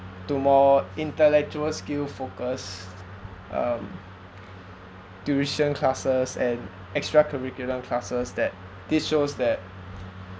to more intellectual skill focused um tuition classes and extra curriculum classes that this shows that